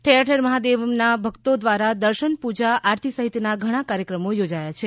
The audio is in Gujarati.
ઠેર ઠેર મહાદેવમાં ભક્તો દ્વારા દર્શન પૂજા આરતી સહિતના ઘણા કાર્યક્રમો યોજાયા છે